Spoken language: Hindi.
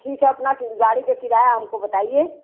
ठीक है अपना क गाड़ी का किराया हमको बताइए